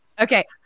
Okay